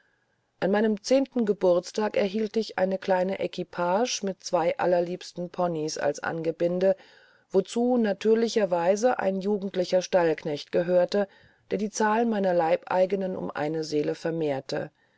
an meinem zehnten geburtstage erhielt ich eine kleine equipage mit zwei allerliebsten pony's als angebinde wozu natürlicherweise ein jugendlicher stallknecht gehörte der die zahl meiner leibeigenen um eine seele vermehrte